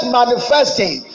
manifesting